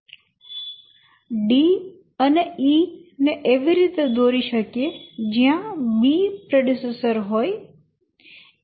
D અને E ને એવી રીતે દોરી શકીએ જયાં B પ્રેડેસેસર હોય